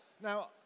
Now